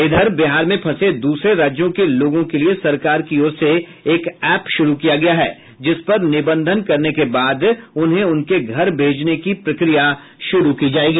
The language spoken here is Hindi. इधर बिहार में फंसे दूसरे राज्यों के लोगों के लिए सरकार की ओर से एक ऐप शुरू किया गया है जिस पर निबंधन करने के बाद उन्हें उनके घर भेजने की प्रक्रिया शुरू की जाएगी